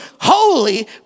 holy